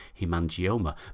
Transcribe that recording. hemangioma